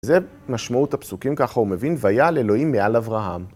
זה משמעות הפסוקים, ככה הוא מבין, ויעל אלוהים מעל אברהם.